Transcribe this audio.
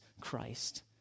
Christ